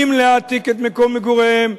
אם להעתיק את מקום מגוריהם,